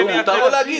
נו, מותר לו להגיד.